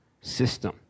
system